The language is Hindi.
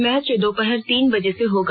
मैच दोपहर तीन बजे से होगा